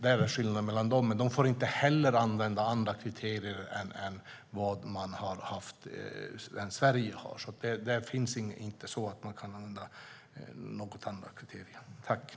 Det är skillnad mellan områdena, men de får inte heller använda några andra kriterier än dem som Sverige har.